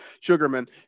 Sugarman